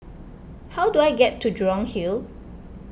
how do I get to Jurong Hill